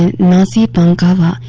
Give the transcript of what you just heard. nazi